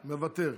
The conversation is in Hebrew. מוותר.